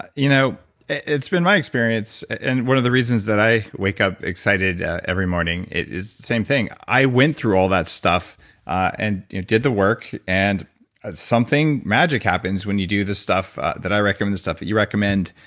you know it's been my experience, and one of the reasons that i wake up excited every morning is the same thing. i went through all that stuff and did the work, and ah something magic happens when you do the stuff that i recommend, the stuff that you recommend,